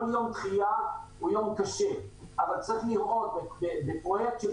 שכל יום דחייה הוא יום קשה אבל צריך לראות בפרויקט של